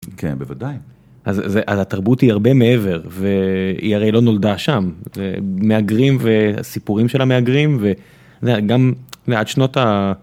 כן בוודאי אז זה על התרבות היא הרבה מעבר והיא הרי לא נולדה שם מהגרים וסיפורים של המהגרים וגם מעט שנות ה...